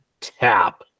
tap